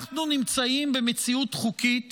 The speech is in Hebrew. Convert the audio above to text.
אנחנו נמצאים במציאות חוקית